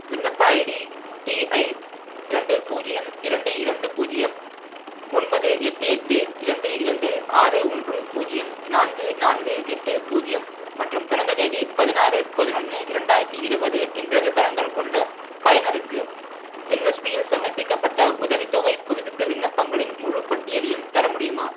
விண்ணப்ப ID T I இரண்டு பூஜ்ஜியம் இரண்டு இரண்டு பூஜ்ஜியம் ஒன்பது எட்டு எட்டு இரண்டு இரண்டு ஆறு ஒன்று பூஜ்ஜியம் நான்கு நான்கு எட்டு பூஜ்ஜியம் மற்றும் பிறந்த தேதி பதினாறு பதினொன்று இரண்டாயிரத்தி இருபது என்ற விவரங்கள் கொண்ட பயனருக்கு என்எஸ்பியில் சமர்ப்பிக்கப்பட்ட உதவித்தொகைப் புதுப்பிப்பு விண்ணப்பங்களின் முழுப் பட்டியலையும் தர முடியுமா